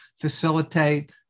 facilitate